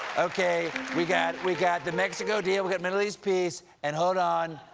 okay. we've got we've got the mexico deal. we've got middle east peace. and hold on,